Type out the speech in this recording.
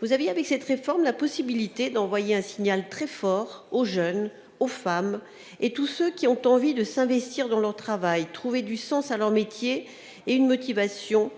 Vous aviez, avec cette réforme, la possibilité d'envoyer un signal très fort aux jeunes, aux femmes, à tous ceux qui ont envie de s'investir dans leur travail, de trouver du sens dans leur métier et une motivation au nom